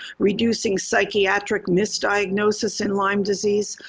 reducing psychiatric misdiagnosis in lyme disease,